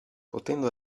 potendo